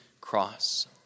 cross